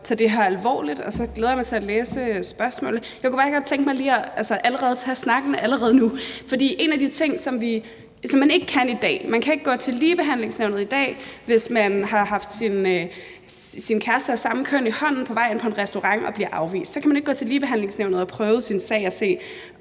det her alvorligt. Og så glæder jeg mig til at læse spørgsmålet. Jeg kunne bare godt lige tænke mig allerede at tage snakken nu. For en af de ting, som man ikke kan i dag, er, at man ikke kan gå til Ligebehandlingsnævnet, hvis man har haft sin kæreste af samme køn i hånden på vej ind på en restaurant og er blevet afvist. Så kan man ikke gå til Ligebehandlingsnævnet og få prøvet sin sag, altså